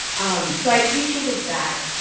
um so i appreciated that.